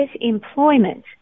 employment